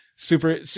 Super